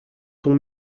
son